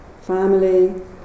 family